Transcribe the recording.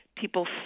people